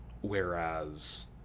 whereas